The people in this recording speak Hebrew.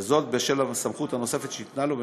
וזאת בשל הסמכויות הנוספת שניתנו לה